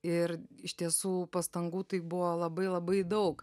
ir iš tiesų pastangų tai buvo labai labai daug